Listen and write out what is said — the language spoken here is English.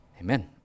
amen